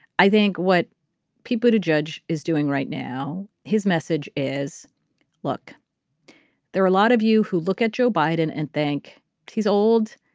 i think what people to judge is doing right now. his message is look there are a lot of you who look at joe biden and think he's old.